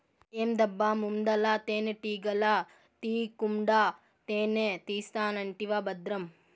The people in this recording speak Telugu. ఏందబ్బా ముందల తేనెటీగల తీకుండా తేనే తీస్తానంటివా బద్రం